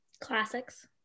classics